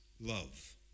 love